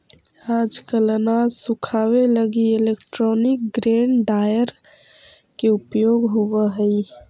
आजकल अनाज सुखावे लगी इलैक्ट्रोनिक ग्रेन ड्रॉयर के उपयोग होवऽ हई